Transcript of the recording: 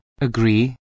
agree